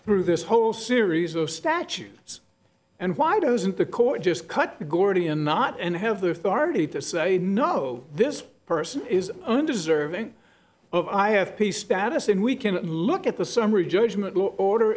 through this whole series of statutes and why doesn't the court just cut the gordian knot and have the authority to say no this person is undeserving of i have peace status and we can look at the summary judgment order